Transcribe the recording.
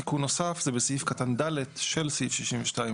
תיקון נוסף זה בסעיף קטן (ד) של סעיף 62(א).